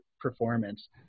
performance